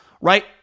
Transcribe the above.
right